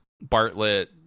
Bartlett